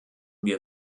wir